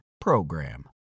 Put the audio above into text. PROGRAM